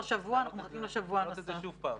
אני יודע.